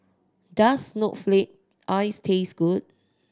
does snowflake ice taste good